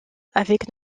avec